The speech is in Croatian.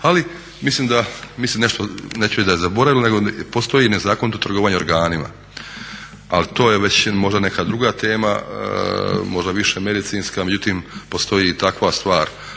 da, mislim nešto neću reći da je zaboravila nego postoji nezakonito trgovanje organima, ali to je već možda neka druga tema, međutim postoji i takva stvar.